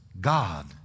God